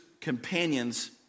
companions